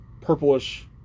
purplish